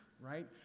right